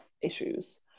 issues